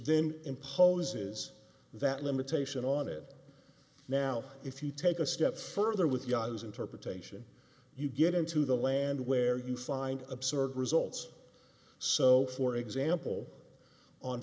then imposes that limitation on it now if you take a step further with yahoo's interpretation you get into the land where you find absurd results so for example on